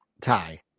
tie